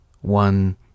one